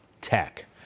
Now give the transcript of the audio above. tech